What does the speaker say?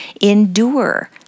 endure